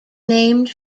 named